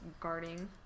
guarding